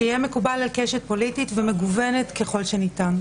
שיהיה מקובל על קשת פוליטית ומגוונת ככל שניתן.